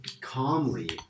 calmly